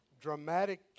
dramatic